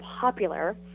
popular